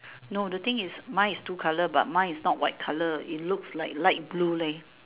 no the thing is mine is two color but mine is not white color it looks like light blue leh